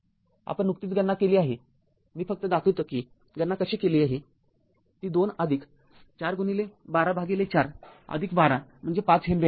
आपण नुकतीच गणना केली आहे मी फक्त दाखवितो कि गणना कशी केली आहे ती २ आदिक ४१२४१२ म्हणजे ५ हेनरी असेल